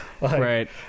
right